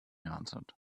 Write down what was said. answered